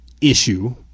issue